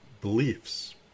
beliefs